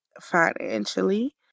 financially